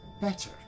better